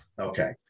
okay